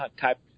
type